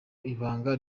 ibanga